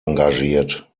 engagiert